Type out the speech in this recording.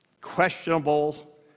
questionable